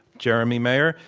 jeremy mayer.